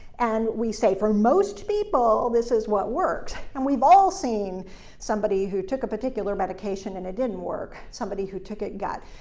and we say, for most people, this is what works. and we've all seen somebody who took a particular medication and it didn't work. somebody who took it got,